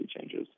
changes